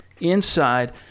inside